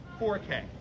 4K